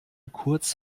kurz